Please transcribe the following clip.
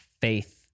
faith